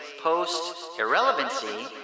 post-irrelevancy